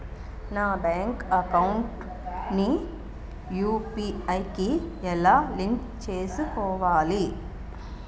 నా bank account ని UPI కి ఎలా లింక్ చేసుకోవాలి?